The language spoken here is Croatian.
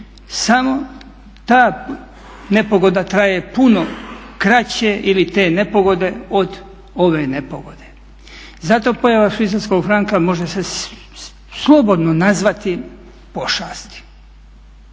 samo ta nepogoda traje puno kraće ili te nepogode od ove nepogode. I zato pojava švicarskog franka može se slobodno nazvati pošasti.